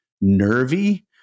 nervy